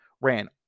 ran